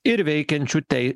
ir veikiančių tei